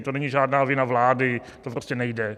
To není žádná vina vlády, to prostě nejde.